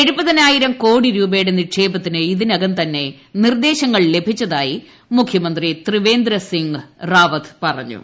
എഴുപതിനായിരം കോടി രൂപയുടെ നിക്ഷേപത്തിന് ഇതിനകംതന്നെ നിർദ്ദേശങ്ങൾ ലഭിച്ചതായി മുഖ്യമന്ത്രി ത്രിവേന്ദ്ര സിംഗ് റാവത്ത് പറഞ്ഞു